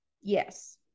Yes